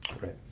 Right